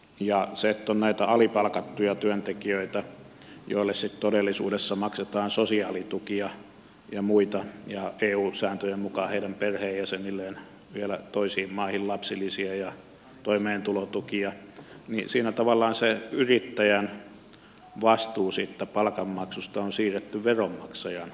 siinä että on näitä alipalkattuja työntekijöitä joille sitten todellisuudessa maksetaan sosiaalitukia ja muita ja eu sääntöjen mukaan heidän perheenjäsenilleen vielä toisiin maihin lapsilisiä ja toimeentulotukia tavallaan se yrittäjän vastuu siitä palkanmaksusta on siirretty veronmaksajan maksettavaksi